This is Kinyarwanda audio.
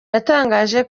yatangaje